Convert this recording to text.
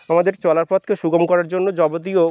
আমাদের চলার পথকে সুগম করার জন্য যাবতীয়